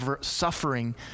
suffering